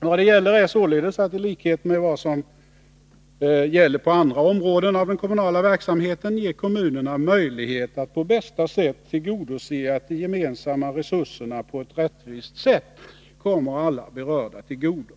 Vad det gäller är således att i likhet med vad som är fallet på andra områden av den kommunala verksamheten ge kommunerna möjlighet att på bästa vis tillgodose att de gemensamma resurserna på ett rättvist sätt kommer alla berörda till godo.